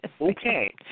Okay